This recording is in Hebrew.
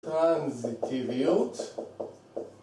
טרנזיטיביות